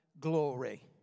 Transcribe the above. glory